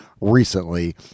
recently